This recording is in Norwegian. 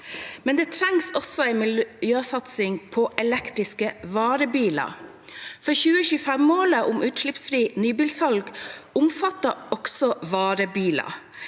Det trengs også en miljøsatsing på elektriske varebiler, for 2025-målet om utslippsfritt nybilsalg omfatter også varebiler.